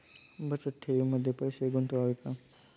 बचत ठेवीमध्ये पैसे गुंतवावे का?